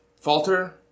falter